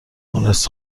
مونس